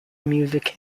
music